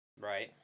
Right